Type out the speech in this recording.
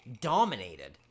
dominated